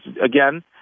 again